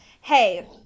hey